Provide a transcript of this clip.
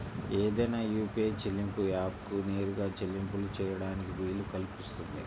ఏదైనా యూ.పీ.ఐ చెల్లింపు యాప్కు నేరుగా చెల్లింపులు చేయడానికి వీలు కల్పిస్తుంది